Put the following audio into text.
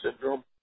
syndrome